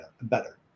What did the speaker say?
better